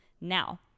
Now